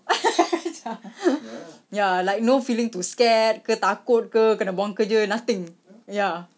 macam ya like no feeling to scared ke takut ke kena buang kerja nothing ya